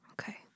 Okay